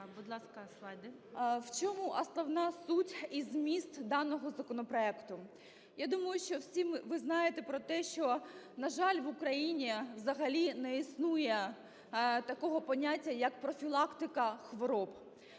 В чому основна суть і зміст даного законопроекту? Я думаю, що всі ви знаєте про те, що, на жаль, в Україні взагалі не існує такого поняття, як профілактика хвороб.